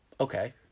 Okay